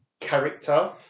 character